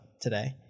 today